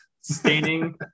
Staining